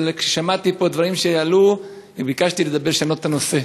אבל כששמעתי פה דברים שעלו ביקשתי לשנות את הנושא.